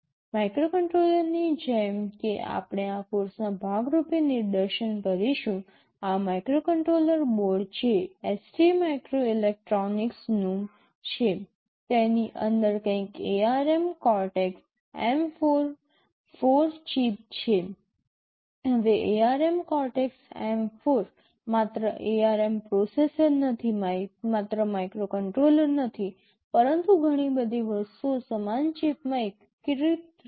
માઇક્રોકન્ટ્રોલરની જેમ કે આપણે આ કોર્ષના ભાગરૂપે નિદર્શન કરીશું આ માઇક્રોકન્ટ્રોલર બોર્ડ જે ST માઇક્રોઇલેક્ટ્રોનિક્સનું છે તેની અંદર કંઈક ARM Cortex M4 4 ચિપ છે હવે ARM Cortex M4 માત્ર ARM પ્રોસેસર નથી માત્ર માઇક્રોકન્ટ્રોલર નથી પરંતુ ઘણી બધી વસ્તુઓ સમાન ચિપમાં એકીકૃત છે